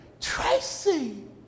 Tracy